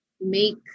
make